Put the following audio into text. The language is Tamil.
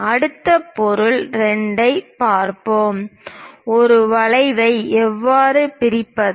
அடுத்த பொருள் 2 ஐப் பார்ப்போம் ஒரு வளைவை எவ்வாறு பிரிப்பது